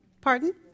Pardon